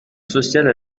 sociale